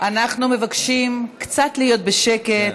אנחנו מבקשים קצת להיות בשקט,